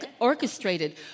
orchestrated